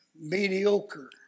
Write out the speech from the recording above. mediocre